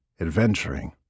adventuring